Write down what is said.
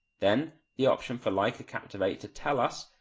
then the option for leica captivate to tell us,